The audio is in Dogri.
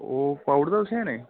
ओह् पाई ओड़े दा तुसें जां नेईं